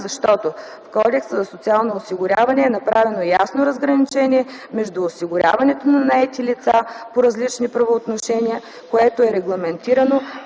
защото в Кодекса за социално осигуряване е направено ясно разграничение между осигуряването на наети лица по различни правоотношения, което е регламентирано